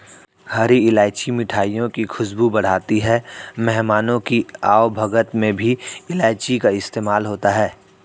हरी इलायची मिठाइयों की खुशबू बढ़ाती है मेहमानों की आवभगत में भी इलायची का इस्तेमाल होता है